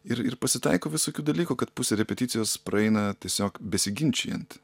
ir ir pasitaiko visokių dalykų kad pusė repeticijos praeina tiesiog besiginčijant